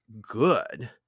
good